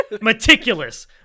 Meticulous